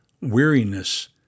weariness